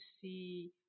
see